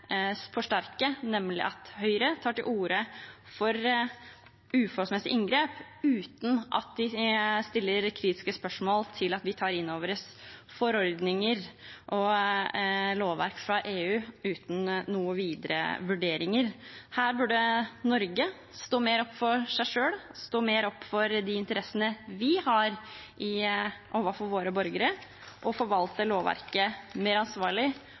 forsterke, nemlig at Høyre tar til orde for uforholdsmessige inngrep uten at de stiller kritiske spørsmål ved at vi tar inn forordninger og lovverk fra EU uten noen videre vurderinger. Her burde Norge stå mer opp for seg selv, stå mer opp for de interessene vi har, overfor våre borgere, og forvalte lovverket mer ansvarlig